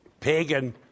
pagan